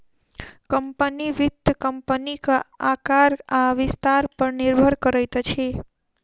company, वित्त कम्पनीक आकार आ विस्तार पर निर्भर करैत अछि